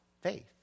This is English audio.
faith